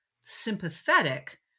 sympathetic